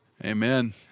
Amen